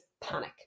panic